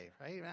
right